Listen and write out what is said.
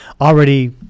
already